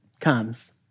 comes